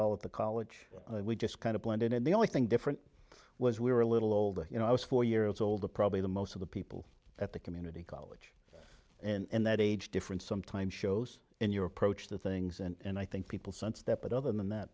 all at the college we just kind of blended in the only thing different was we were a little older you know i was four years older probably the most of the people at the community college and that age difference sometimes shows in your approach to things and i think people sense that but other than that